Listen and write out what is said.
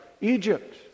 Egypt